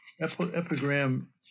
epigram